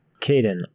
Caden